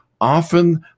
often